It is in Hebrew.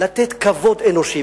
לתת כבוד אנושי,